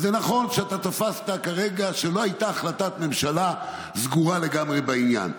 אז זה נכון שאתה תפסת כרגע שלא הייתה החלטת ממשלה סגורה לגמרי בעניין,